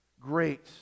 great